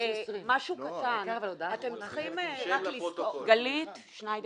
אני גלית שניידר